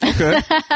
Okay